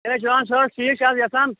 ہے جان صٲب ٹھیٖک چھِ حظ ایٚحسان